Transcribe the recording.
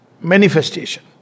manifestation